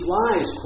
lies